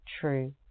true